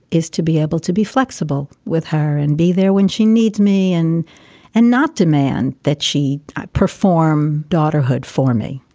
is to be able to be flexible with her and be there when she needs me and and not demand that she perform daughter hood for me.